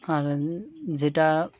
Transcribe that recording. আর যেটা